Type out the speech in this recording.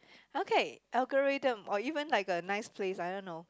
okay algorithm or even like a nice place I don't know